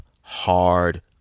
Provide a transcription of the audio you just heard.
hard